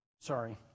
sorry